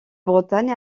bretagne